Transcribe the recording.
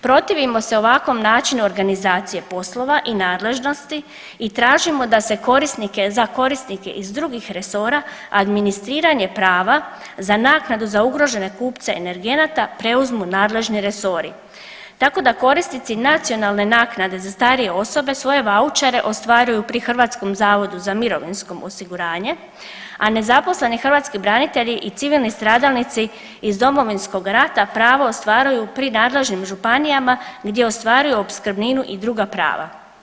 Protivimo se ovakvom načinu organizacije poslova i nadležnosti i tražimo da se za korisnike iz drugih resora, administriranje prava za naknadu za ugrožene energenata, preuzmu nadležni resori tako da korisnici nacionalne naknade za starije osobe svoje vaučere ostvaruju pri HZMO-u a nezaposleni hrvatski branitelji i civilni stradalnici iz Domovinskog rata pravo ostvaruju pri nadležnim županijama gdje ostvaruju opskrbninu i druga prava.